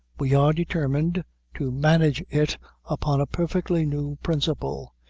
we are determined to manage it upon a perfectly new principle.